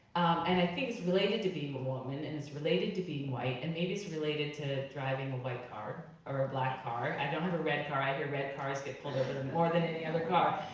and i think it's related to being a woman, and it's related to being white, and maybe it's related to driving a white car or a black car. i don't have a red car, i hear red cars get pulled over more than any other car.